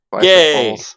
Yay